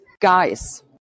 guys